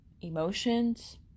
emotions